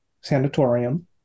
Sanatorium